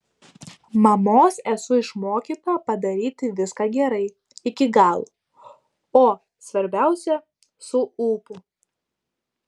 mamos esu išmokyta padaryti viską gerai iki galo o svarbiausia su ūpu